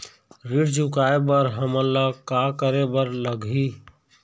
ऋण चुकाए बर हमन ला का करे बर लगही?